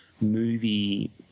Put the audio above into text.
movie